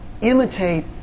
Imitate